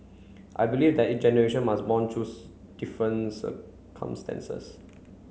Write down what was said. I believe that each generation must bond though different circumstances